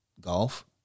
golf